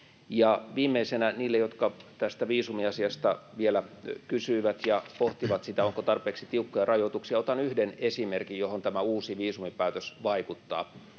viimeisenä heille, jotka tästä viisumiasiasta vielä kysyivät ja pohtivat, onko tarpeeksi tiukkoja rajoituksia, otan yhden esimerkin, johon tämä uusi viisumipäätös vaikuttaa: